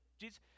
Jesus